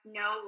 no